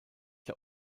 der